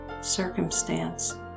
circumstance